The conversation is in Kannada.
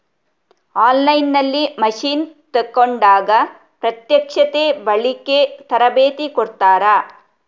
ಆನ್ ಲೈನ್ ನಲ್ಲಿ ಮಷೀನ್ ತೆಕೋಂಡಾಗ ಪ್ರತ್ಯಕ್ಷತೆ, ಬಳಿಕೆ, ತರಬೇತಿ ಕೊಡ್ತಾರ?